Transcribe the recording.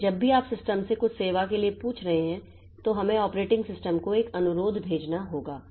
इसलिए जब भी आप सिस्टम से कुछ सेवा के लिए पूछ रहे हैं तो हमें ऑपरेटिंग सिस्टम को एक अनुरोध भेजना होगा